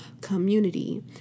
community